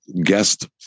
Guest